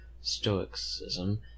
stoicism